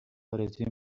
ارزوی